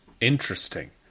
Interesting